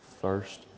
first